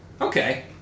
Okay